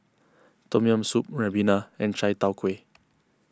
Tom Yam Soup Ribena and Chai Tow Kway